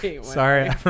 Sorry